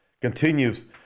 Continues